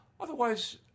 Otherwise